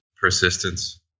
Persistence